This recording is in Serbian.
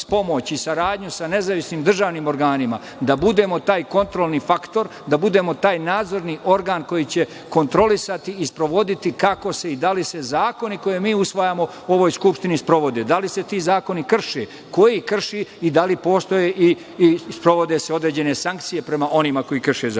i saradnju sa nezavisnim državnim organima da budemo taj kontrolni faktor, da budemo taj nadzorni organ koji će kontrolisati i sprovoditi kako se i da li se zakoni koje mi usvajamo u ovoj skupštini sprovode, da li se ti zakoni krše, ko ih krši i da li postoje i sprovode se određene sankcije prema onima koji krše zakone. Naš